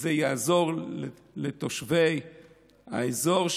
זה יעזור לתושבי האזור,